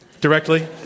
Directly